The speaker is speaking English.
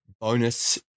bonus